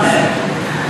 מה זה.